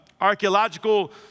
archaeological